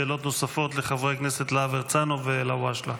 שאלות נוספות לחברי הכנסת להב הרצנו ואלהואשלה,